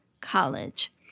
college